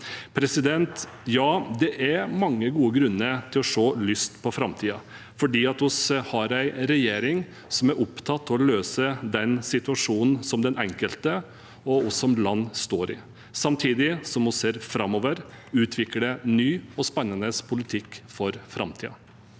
framhevet. Ja, det er mange gode grunner til å se lyst på framtiden, for vi har en regjering som er opptatt av å løse den situasjonen som den enkelte og vi som land står i, samtidig som vi ser framover og utvikler ny og spennende politikk for framtiden.